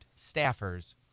staffers